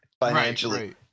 financially